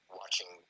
watching